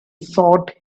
sought